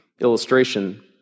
illustration